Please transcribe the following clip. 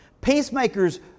Peacemakers